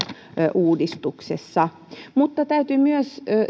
uudistuksessa mutta täytyy myös